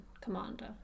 Commander